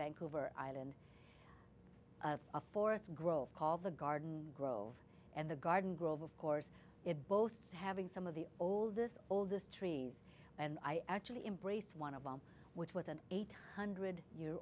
vancouver island a forest grove called the garden grove and the garden grove of course it boasts having some of the old this oldest trees and i actually embraced one of them which with an eight hundred year